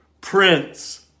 Prince